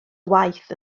waith